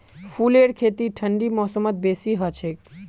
फूलेर खेती ठंडी मौसमत बेसी हछेक